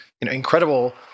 incredible